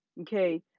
Okay